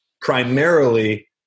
primarily